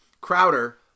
Crowder